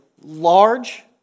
large